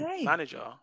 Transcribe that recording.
manager